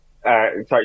Sorry